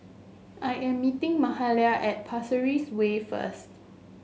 I am meeting Mahalia at Pasir Ris Way first